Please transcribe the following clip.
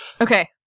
Okay